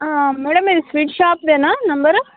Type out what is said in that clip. madam ఇది sweet షాప్దేనా number